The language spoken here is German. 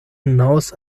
hinaus